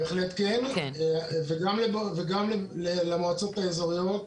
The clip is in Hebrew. בהחלט כן, וגם למועצות האזוריות.